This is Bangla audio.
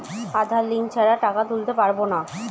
আধার লিঙ্ক ছাড়া টাকা তুলতে পারব না?